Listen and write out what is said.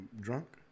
drunk